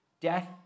Death